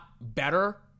better